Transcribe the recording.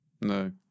No